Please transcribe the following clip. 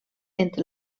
entre